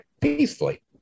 peacefully